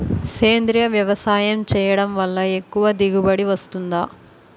సేంద్రీయ వ్యవసాయం చేయడం వల్ల ఎక్కువ దిగుబడి వస్తుందా?